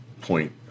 point